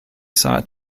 sought